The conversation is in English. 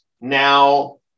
now